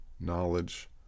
knowledge